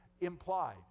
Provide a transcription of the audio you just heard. implied